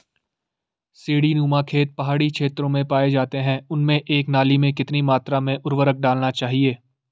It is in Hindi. सीड़ी नुमा खेत पहाड़ी क्षेत्रों में पाए जाते हैं उनमें एक नाली में कितनी मात्रा में उर्वरक डालना चाहिए?